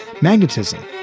magnetism